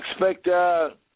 expect –